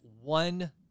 one